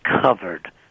covered